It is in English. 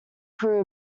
crew